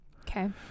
Okay